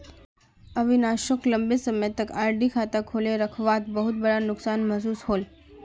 अविनाश सोक लंबे समय तक आर.डी खाता खोले रखवात बहुत बड़का नुकसान महसूस होल